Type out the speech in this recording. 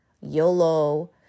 YOLO